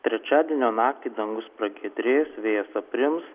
trečiadienio naktį dangus pragiedrės vėjas aprims